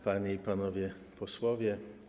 Panie i Panowie Posłowie!